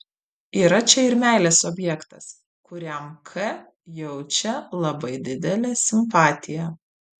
yra čia ir meilės objektas kuriam k jaučia labai didelę simpatiją